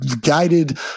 guided